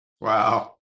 Wow